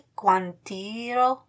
quantiro